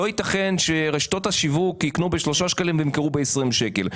לא ייתכן שרשתות השיווק יקנו ב-3 שקלים וימכרו ב-20 שקל.